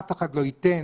אף אחד לא ייתן